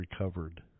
recovered